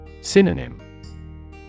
Synonym